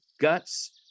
guts